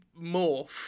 Morph